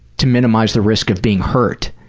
to minimize the risk of being hurt,